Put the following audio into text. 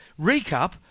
recap